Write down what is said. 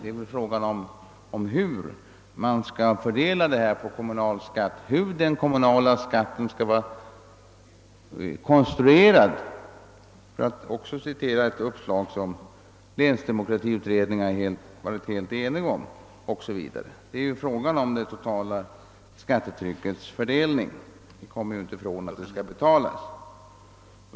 Det rör sig om hur man skall fördela den kommunala skatten och hur den skall vara konstruerad, för att citera en synpunkt som länsdemokratiutredningen varit helt enig om. Det gäller ju det totala skattetryckets fördelning. Vi kommer inte undan att skatten skall betalas.